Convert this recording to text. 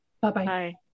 Bye-bye